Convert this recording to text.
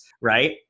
Right